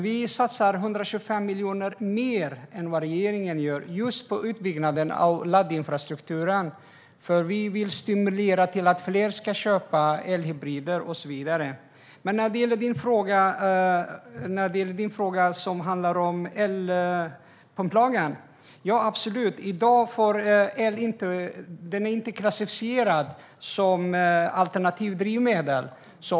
Vi satsar 125 miljoner mer än regeringen gör just på utbyggnaden av laddinfrastruktur. Vi vill stimulera till att fler ska köpa elhybrider och så vidare. Men låt mig svara på din fråga om el och pumplagen, Karin. I dag är el inte klassificerad som alternativdrivmedel.